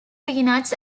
peanuts